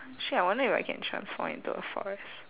shit I wonder if I can transform into a forest